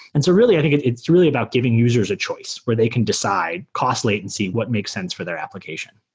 and so really, i think it's it's really about giving users a choice where they can decide cost latency. what makes sense for their application?